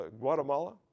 Guatemala